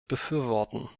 befürworten